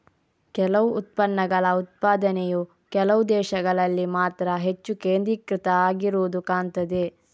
ಕೆಲವು ಉತ್ಪನ್ನಗಳ ಉತ್ಪಾದನೆಯು ಕೆಲವು ದೇಶಗಳಲ್ಲಿ ಮಾತ್ರ ಹೆಚ್ಚು ಕೇಂದ್ರೀಕೃತ ಆಗಿರುದು ಕಾಣ್ತದೆ